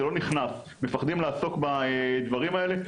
זה לא נכנס מפחדים לעסוק בדברים האלה,